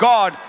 God